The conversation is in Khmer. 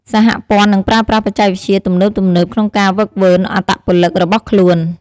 សហព័ន្ធនឹងប្រើប្រាស់បច្ចេកវិទ្យាទំនើបៗក្នុងការហ្វឹកហ្វឺនអត្តពលិករបស់ខ្លួន។